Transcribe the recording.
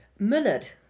Mullard